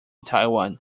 taiwan